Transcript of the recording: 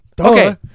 Okay